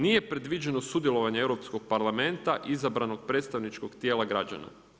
Nije predviđeno sudjelovanje Europskog parlamenta izabranog predstavničkog tijela građana.